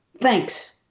Thanks